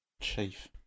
Chief